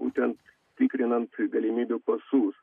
būtent tikrinant galimybių pasus